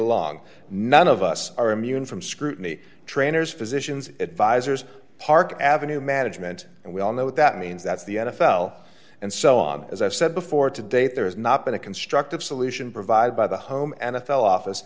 along none of us are immune from scrutiny trainers physicians advisers park avenue management and we all know what that means that's the n f l and so on as i've said before to date there has not been a constructive solution provided by the home n f l office